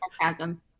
chasm